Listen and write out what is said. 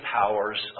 powers